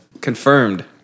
confirmed